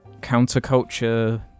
counterculture